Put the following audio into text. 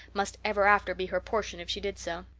must ever after be her portion if she did so.